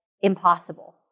impossible